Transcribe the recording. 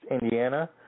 Indiana